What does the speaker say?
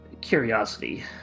curiosity